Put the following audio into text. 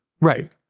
Right